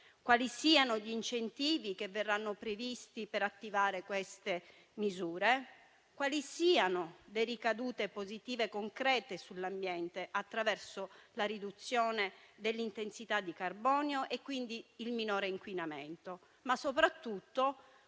quali siano gli incentivi che verranno previsti per attivare queste misure, quali siano le ricadute positive concrete sull'ambiente attraverso la riduzione dell'intensità di carbonio e, quindi, il minore inquinamento, ma soprattutto